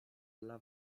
dla